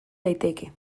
daiteke